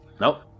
Nope